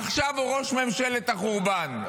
עכשיו הוא ראש ממשלת החורבן,